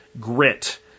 grit